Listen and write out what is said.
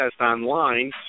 online